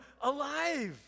alive